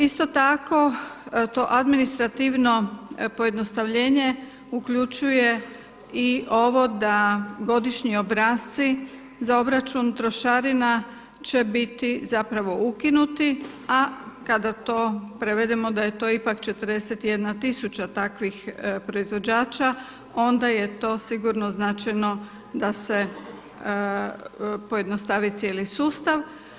Isto tako to administrativno pojednostavljenje uključuje i ovo da godišnji obrasci za obračun trošarina će biti zapravo ukinuti, a kada to prevedemo da je to ipak 41 tisuća takvih proizvođača, onda je to sigurno značajno da se pojednostavi cijeli sustav.